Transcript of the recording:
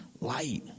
light